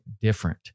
different